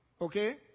okay